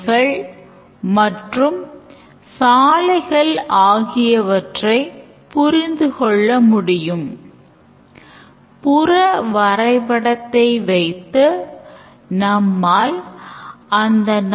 ஆனால் சிலசமயம் user தொகையை உள்ளிடும்படி கேட்கப்படும் போது 550 ரூபாய் enter செய்கிறார்